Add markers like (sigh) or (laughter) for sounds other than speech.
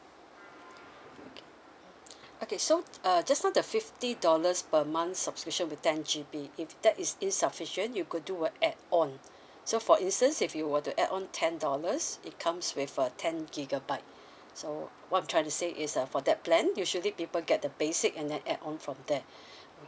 okay okay so uh just now the fifty dollars per month subscription with ten G_B if that is is insufficient you could do a add on (breath) so for instance if you will to add on ten dollars it comes with a ten gigabyte (breath) so what I'm trying to say is uh for that plan usually people get the basic and then add on from there (breath)